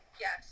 Yes